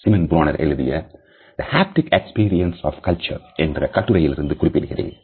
சிமெண் பிரானர் எழுதிய The Haptic Experience of Culture என்ற கட்டுரையிலிருந்து குறிப்பிடுகிறேன்